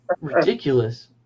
Ridiculous